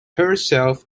herself